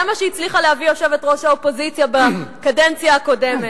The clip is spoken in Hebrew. זה מה שהצליחה להביא יושבת-ראש האופוזיציה בקדנציה הקודמת.